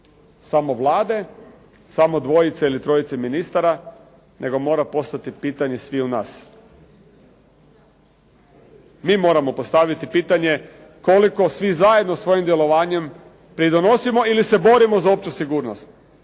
samo Vlade, samo dvojice ili trojice ministara, nego mora postati pitanje sviju nas. Mi moramo postaviti pitanje koliko svi zajedno svojim djelovanjem pridonosimo ili se borimo za opću sigurnost.